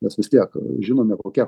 nes vis tiek žinome kokia